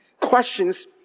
questions